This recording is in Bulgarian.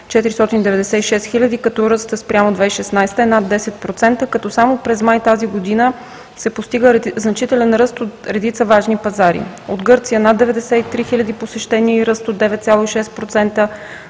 над 496 хиляди, като ръстът спрямо 2016 г. е над 10%, като само през май тази година се постига значителен ръст от редица важни пазари. От Гърция – над 93 хил. посещения и ръст от 9,6%,